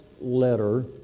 letter